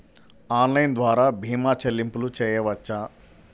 Online ద్వార భీమా చెల్లింపులు చేయవచ్చా?